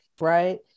Right